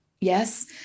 Yes